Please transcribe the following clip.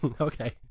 okay